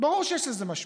ברור שיש לזה משמעות.